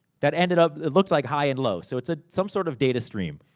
that ended up, it looked like high and low. so, it's ah some sort of data stream.